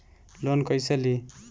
Loan कईसे ली?